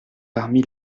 parmi